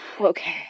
Okay